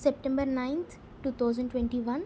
September ninth two thousand twenty one